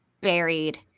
buried –